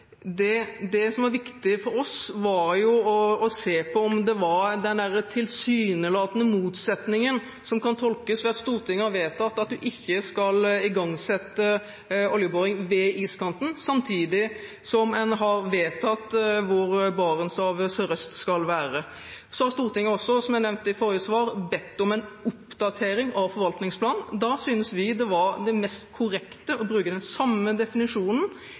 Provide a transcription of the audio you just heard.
Det som var viktig for oss, var å se på den tilsynelatende motsetningen, som det kan tolkes som, ved at Stortinget har vedtatt at en ikke skal igangsette oljeboring ved iskanten samtidig som en har vedtatt hvor Barentshavet sørøst skal være. Så har Stortinget også, som jeg nevnte i forrige svar, bedt om en oppdatering av forvaltningsplanen. Da syntes vi det var det mest korrekte å bruke den samme definisjonen,